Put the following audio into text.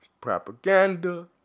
Propaganda